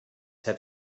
have